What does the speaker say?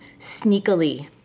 sneakily